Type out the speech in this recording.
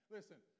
Listen